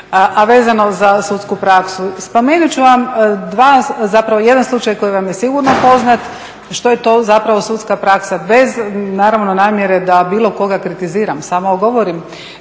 a vezano za sudsku praksu. Spomenuti ću vam dva, zapravo jedan slučaj koji vam je sigurno poznat što je to zapravo sudska praksa bez naravno namjere da bilo koga kritiziram. Samo govorim,